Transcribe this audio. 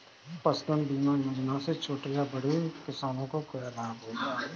पशुधन बीमा योजना से छोटे या बड़े किसानों को क्या लाभ होगा?